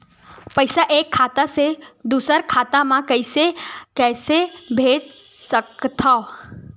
पईसा एक खाता से दुसर खाता मा कइसे कैसे भेज सकथव?